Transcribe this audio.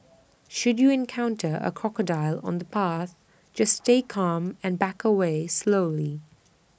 should you encounter A crocodile on the path just stay calm and back away slowly